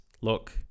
look